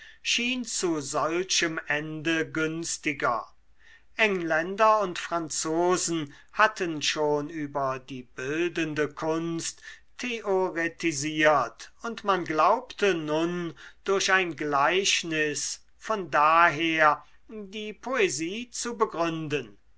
schien zu solchem ende günstiger engländer und franzosen hatten schon über die bildende kunst theoretisiert und man glaubte nun durch ein gleichnis von daher die poesie zu begründen